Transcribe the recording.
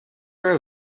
are